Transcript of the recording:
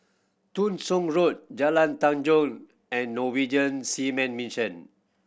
Thong Soon Road Jalan Tanjong and Norwegian Seamen Mission